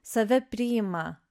save priima